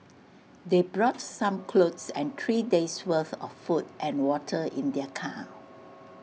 they brought some clothes and three days' worth of food and water in their car